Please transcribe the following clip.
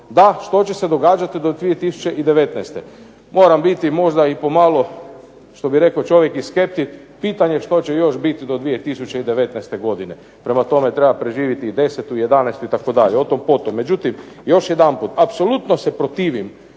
da što će se događati do 2019. Moram biti možda i pomalo što bi rekao čovjek i skeptik, pitanje što će još biti do 2019. godine. Prema tome, treba preživjeti i 2010. i 2011. itd. O tom potom. Međutim još jedanput, apsolutno se protivim